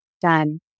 done